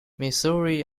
missouri